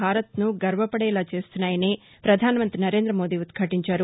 భారత్ ను గర్వపడేలా చేస్తున్నాయని ప్రధానమంతి నరేంద్రమోదీ ఉద్ఘటించారు